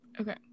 Okay